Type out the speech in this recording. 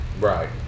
right